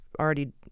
already